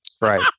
Right